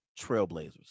Trailblazers